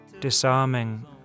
disarming